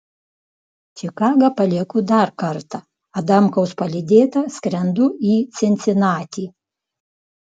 čikagą palieku dar kartą adamkaus palydėta skrendu į cincinatį